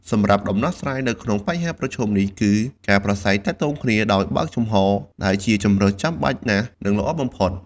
សម្រាប់ដំណោះស្រាយនៅក្នុងបញ្ហាប្រឈមនេះ គឺការប្រាស្រ័យទាក់ទងគ្នាដោយបើកចំហរ ដែលជាជម្រើសចាំបាច់ណាស់ និងល្អបំផុត។